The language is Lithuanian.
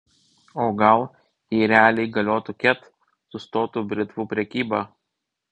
o gal jei realiai galiotų ket sustotų britvų prekyba